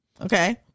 Okay